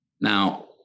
Now